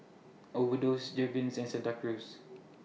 Overdose Jergens and Santa Cruz